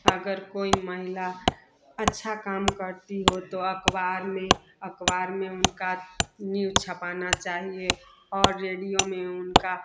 अगर कोई महिला अच्छा काम करती हो तो अख़बार में अख़बार में उनका न्यूज़ छपाना चाहिए और रेडियो में उनका